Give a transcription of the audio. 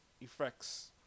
effects